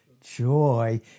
Joy